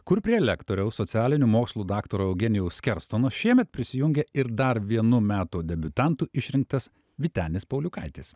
kur prie lektoriaus socialinių mokslų daktaro eugenijaus skerstono šiemet prisijungė ir dar vienu metų debiutantu išrinktas vytenis pauliukaitis